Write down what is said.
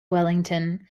wellington